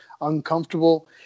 uncomfortable